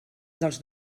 dels